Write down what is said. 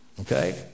Okay